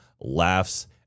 laughs